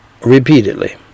repeatedly